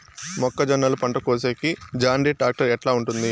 మొక్కజొన్నలు పంట కోసేకి జాన్డీర్ టాక్టర్ ఎట్లా ఉంటుంది?